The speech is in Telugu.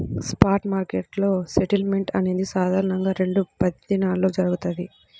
స్పాట్ మార్కెట్లో సెటిల్మెంట్ అనేది సాధారణంగా రెండు పనిదినాల్లో జరుగుతది,